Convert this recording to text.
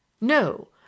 no